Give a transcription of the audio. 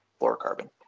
fluorocarbon